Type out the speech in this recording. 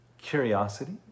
curiosity